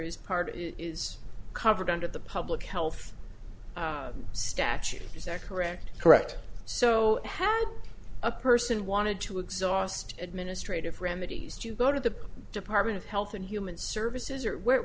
it is covered under the public health statute is that correct correct so how does a person wanted to exhaust administrative remedies to go to the department of health and human services or